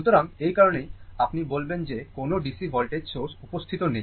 সুতরাং এই কারণেই আপনি বোলেন যে কোনও DC voltage সোর্স উপস্থিত নেই